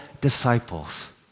disciples